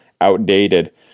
outdated